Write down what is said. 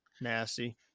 nasty